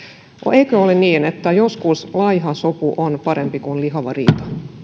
eikö ole niin että joskus laiha sopu on parempi kuin lihava riita